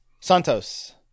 Santos